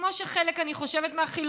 כמו שחלק מהחילונים,